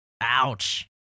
ouch